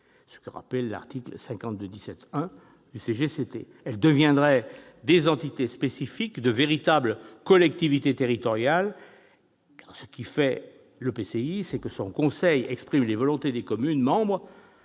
des collectivités territoriales. Elles deviendraient des entités spécifiques, de véritables collectivités territoriales. Or ce qui fait l'EPCI, c'est que son conseil exprime les volontés des communes membres,